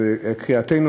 אז קריאתנו,